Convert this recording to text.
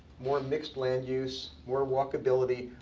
more mixed land use, more walkability,